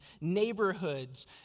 neighborhoods